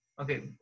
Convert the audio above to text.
okay